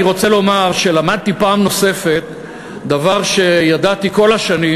אני רוצה לומר שלמדתי פעם נוספת דבר שידעתי כל השנים,